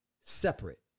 separate